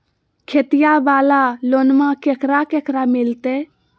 खेतिया वाला लोनमा केकरा केकरा मिलते?